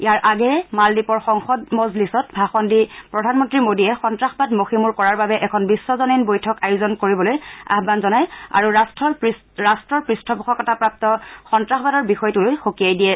ইয়াৰ আগেয়ে মালদ্বীপৰ সংসদ মজলিছত ভাষণ দি প্ৰধানমন্ত্ৰী মোডীয়ে সন্ত্ৰাসবাদ মষিমূৰ কৰাৰ বাবে এখন বিশ্বজনীন বৈঠক আয়োজন কৰিবলৈ আহান জনায় আৰু ৰাট্টৰ পূষ্ঠপোষকতাপ্ৰাপু সন্নাসবাদৰ বিষয়টোলৈ সকীয়াই দিয়ে